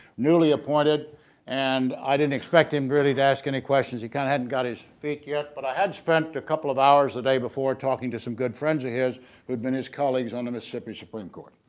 newly appointed and i didn't expect him really to ask any questions he kinda kind of hadn't got his feet yet but i had spent a couple of hours the day before talking to some good friends of his who had been his colleagues on the mississippi supreme court.